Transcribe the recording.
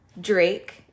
Drake